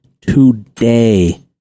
Today